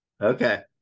Okay